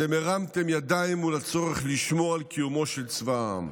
אתם הרמתם ידיים מול הצורך לשמור על קיומו של צבא העם.